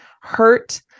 hurt